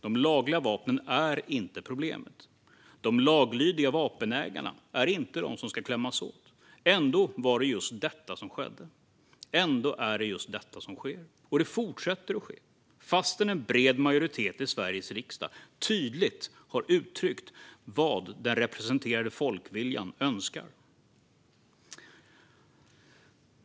De lagliga vapnen är inte problemet. De laglydiga vapenägarna är inte de som ska klämmas åt. Ändå var det just detta som skedde. Ändå är det just detta som sker. Och det fortsätter att ske, fastän en bred majoritet i Sveriges riksdag tydligt har uttryckt vad den representerade folkviljan önskar.